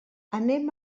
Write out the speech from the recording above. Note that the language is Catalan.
anem